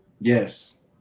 Yes